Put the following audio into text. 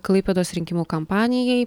klaipėdos rinkimų kampanijai